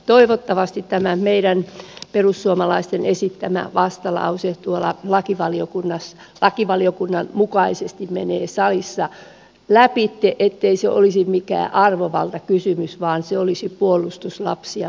toivottavasti tämä meidän perussuomalaisten esittämä vastalause tuolla lakivaliokunnan mukaisesti menee salissa läpitte ettei se olisi mikään arvovaltakysymys vaan se olisi puolustus lapsiamme kohtaan